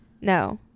No